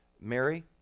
Mary